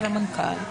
של המנכ"ל,